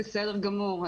בסדר גמור.